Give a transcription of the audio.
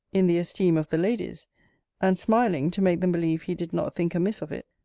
in the esteem of the ladies and smiling, to make them believe he did not think amiss of it,